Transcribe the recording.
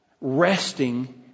resting